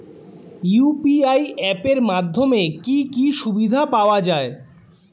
UPI app এর মাধ্যমে কি কি সুবিধা পাওয়া যায়?